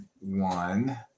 one